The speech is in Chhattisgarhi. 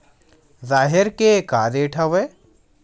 राहेर के का रेट हवय?